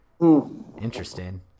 Interesting